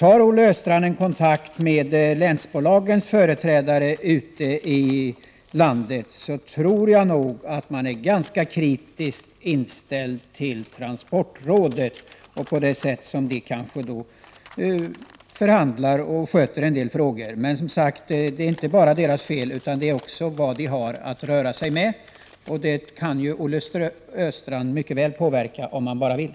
Tar Olle Östrand kontakt med länsbolagens företrädare ute i landet tror jag nog att han skall finna att man där är ganska kritiskt inställd till transportrådet och det sätt på vilket det behandlar och handlägger en del frågor. Men det är som sagt inte bara transportrådets fel, utan det beror också på hur mycket de har att röra sig med, och det kan ju Olle Östrand mycket väl påverka, om han bara vill.